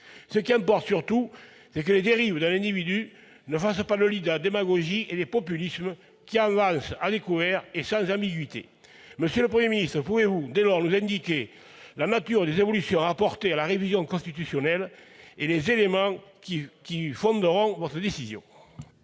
Ce qui importe surtout, c'est que les dérives d'un individu ne fassent pas le lit de la démagogie et des populismes, qui avancent à découvert et sans ambiguïté. Monsieur le Premier ministre, pouvez-vous nous indiquer la nature des évolutions à apporter à la révision constitutionnelle et les éléments qui fonderont votre décision ?